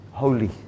Holy